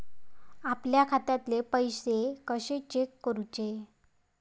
आपल्या खात्यातले पैसे कशे चेक करुचे?